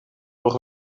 nog